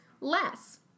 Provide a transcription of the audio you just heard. less